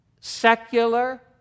secular